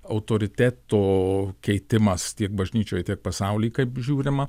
autoriteto keitimas tiek bažnyčioj tiek pasauly kaip žiūrima